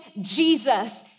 Jesus